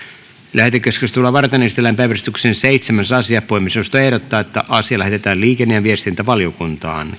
lähetekeskustelua varten esitellään päiväjärjestyksen seitsemäs asia puhemiesneuvosto ehdottaa että asia lähetetään liikenne ja viestintävaliokuntaan